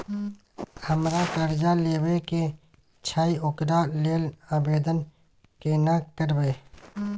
हमरा कर्जा लेबा के छै ओकरा लेल आवेदन केना करबै?